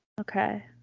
Okay